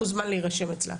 מוזמן להירשם אצלה.